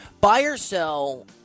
Buy-or-sell